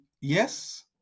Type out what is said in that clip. Yes